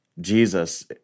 Jesus